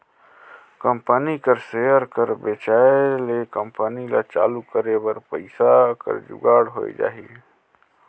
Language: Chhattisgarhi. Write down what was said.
कंपनी कर सेयर कर बेंचाए ले कंपनी ल चालू करे बर पइसा कर जुगाड़ होए जाही